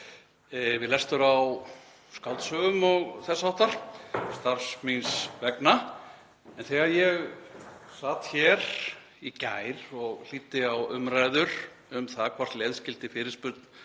við lestur á skáldsögum og þess háttar starfs míns vegna. En þegar ég sat hér í gær og hlýddi á umræður um það hvort leyfð skyldi fyrirspurn